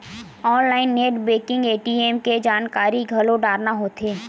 online net banking ATM के जानकारी घलो डारना होथे